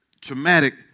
traumatic